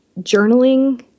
journaling